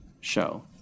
show